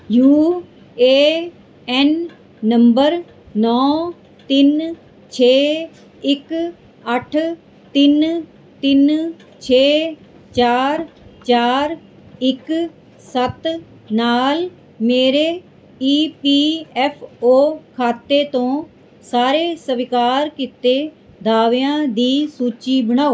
you A N number ਨੌ ਤਿੰਨ ਛੇ ਇੱਕ ਅੱਠ ਤਿੰਨ ਤਿੰਨ ਛੇ ਚਾਰ ਚਾਰ ਇੱਕ ਸੱਤ ਨਾਲ ਮੇਰੇ ਈ ਪੀ ਐੱਫ ਓ ਖਾਤੇ ਤੋਂ ਸਾਰੇ ਸਵੀਕਾਰ ਕੀਤੇ ਦਾਅਵਿਆਂ ਦੀ ਸੂਚੀ ਬਣਾਓ